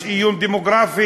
יש איום דמוגרפי.